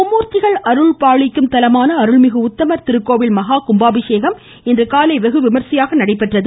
மும்மூர்த்திகள் அருள்பாலிக்கும் தலமான அருள்மிகு உத்தமர் திருக்கோவில் மகா கும்பாபிஷேகம் இன்றுகாலை வெகுவிமர்சையாக நடைபெற்றது